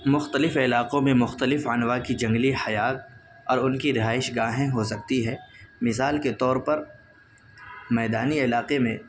مختلف علاقوں میں مختلف انواع کی جنگلی حیات اور ان کی رہائش گاہیں ہو سکتی ہے مثال کے طور پر میدانی علاقے میں